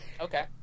okay